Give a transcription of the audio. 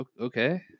okay